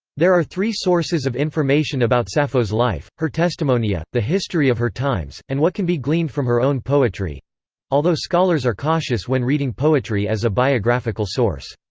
there are three sources of information about sappho's life her testimonia, the history of her times, and what can be gleaned from her own poetry although scholars are cautious when reading poetry as a biographical source.